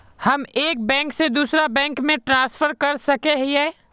हम एक बैंक से दूसरा बैंक में ट्रांसफर कर सके हिये?